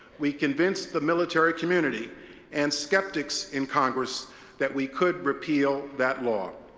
we convinced the military community and skeptics in congress that we could repeal that law.